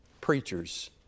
Preachers